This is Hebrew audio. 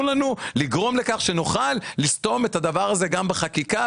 לנו לגרום לכך שנוכל לסתום את הדבר הזה גם בחקיקה,